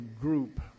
group